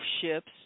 ships